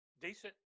decent